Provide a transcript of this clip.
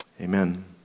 amen